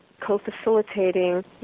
co-facilitating